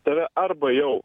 tave arba jau